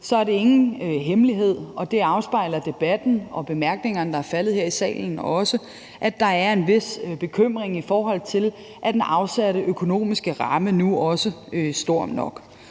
så er det ingen hemmelighed, og det afspejler debatten og bemærkningerne, der er faldet her i salen, også, at der er en vis bekymring, i forhold til om den afsatte økonomiske ramme nu også er stor nok.